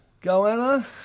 Goanna